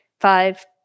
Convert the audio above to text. five